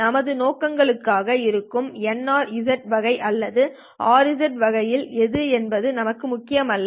நமது நோக்கங்களுக்காக இருக்கும் NRZ வகை அல்லது RZ வகையில் எது என்பது நமக்கு முக்கியமல்ல